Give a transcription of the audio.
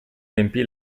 riempì